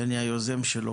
שאני היוזם שלו.